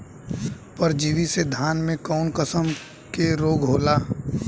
परजीवी से धान में कऊन कसम के रोग होला?